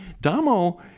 Damo